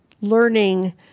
learning